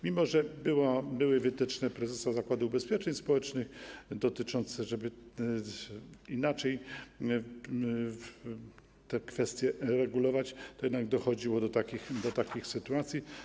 Mimo że były wytyczne prezesa Zakładu Ubezpieczeń Społecznych dotyczące tego, żeby inaczej te kwestie regulować, to jednak dochodziło do takich sytuacji.